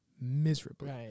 miserably